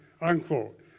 Unquote